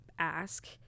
ask